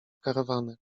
karawany